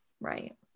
Right